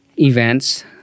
Events